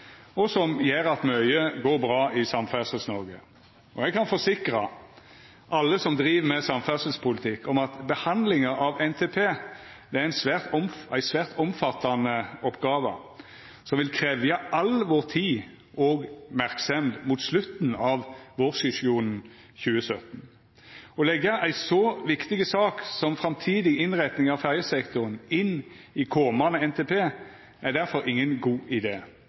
og som gjer at mykje går bra i Samferdsels-Noreg. Eg kan forsikra alle som driv med samferdselspolitikk, om at behandlinga av NTP er ei svært omfattande oppgåve som vil krevja all vår tid og merksemd mot slutten av vårsesjonen 20l7. Å leggja ei så viktig sak som framtidig innretning av ferjesektoren inn i komande NTP er difor ingen god